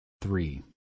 Three